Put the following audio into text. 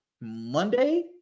Monday